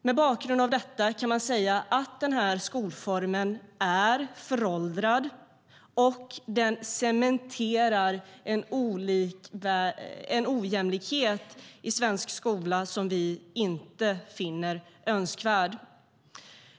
Mot bakgrund av detta kan man säga att denna skolform är föråldrad och att den cementerar en ojämlikhet i svensk skola som vi inte finner önskvärd.